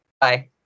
Bye